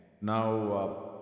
Now